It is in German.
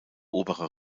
oberer